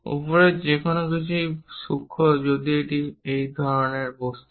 উপরের যেকোন কিছুই পুরোপুরি সূক্ষ্ম যদি এটি এই ধরণের বস্তু হয়